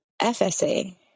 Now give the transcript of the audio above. FSA